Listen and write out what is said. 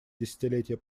десятилетие